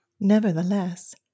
Nevertheless